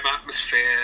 atmosphere